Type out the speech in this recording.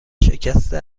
شکسته